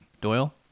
Doyle